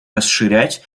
расширять